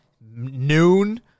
noon